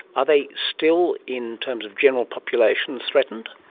are they still, in terms of general population, threatened?